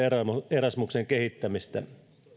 erasmuksen kehittämistä